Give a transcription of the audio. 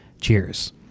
cheers